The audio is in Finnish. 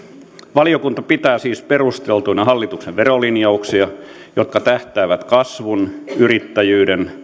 valiokunta pitää siis perusteltuina hallituksen verolinjauksia jotka tähtäävät kasvun yrittäjyyden